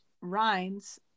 Rhines